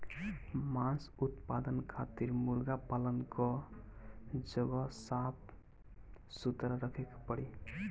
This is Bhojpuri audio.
मांस उत्पादन खातिर मुर्गा पालन कअ जगह साफ सुथरा रखे के पड़ी